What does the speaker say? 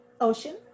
Ocean